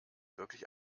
wirklich